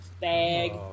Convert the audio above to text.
bag